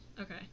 Okay